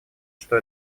что